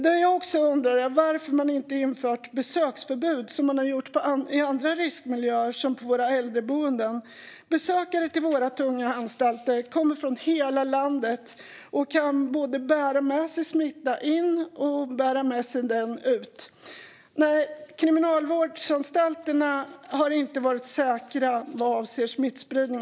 Det som jag också undrar över är varför man inte har infört besöksförbud, som man har gjort i andra riskmiljöer som våra äldreboenden. Besökare till våra tunga anstalter kommer från hela landet och kan både bära med sig smitta in och bära med sig den ut. Nej, kriminalvårdsanstalterna har inte varit säkra vad avser smittspridning.